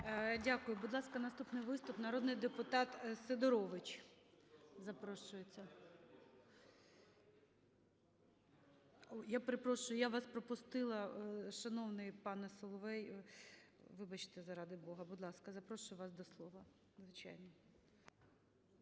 Дякую. Будь ласка, наступний виступ – народний депутат Сидорович запрошується. Я перепрошую, я вас пропустила, шановний пане Соловей. Вибачте заради Бога. Будь ласка, запрошую вас до слова,